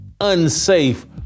unsafe